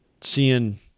seeing